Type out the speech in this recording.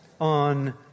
on